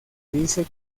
dice